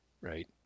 Right